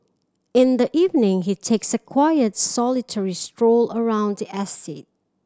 in the evening he takes a quiet solitary stroll around the estate